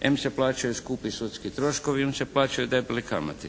Em se plaćaju skupi sudski troškovi, em se plaćaju debele kamate.